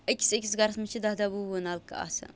أکِس أکِس گَرَس منٛز چھِ دَہ دَہ وُہ وُہ نَلکہٕ آسان